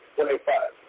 Twenty-five